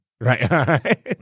Right